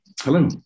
Hello